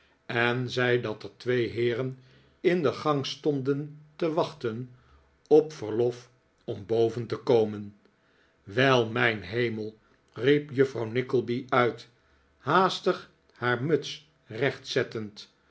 en zei dat er twee heeren in de gang stonden te wachten op verlof om boven te komen wel mijn hemel riep juffrouw nickleby uit haastig haar muts